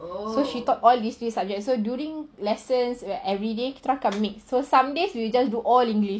so she taught all this three subjects okay so during lessons where everyday kita orang akan mix so someday we just do all english